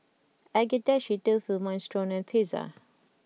Agedashi Dofu Minestrone and Pizza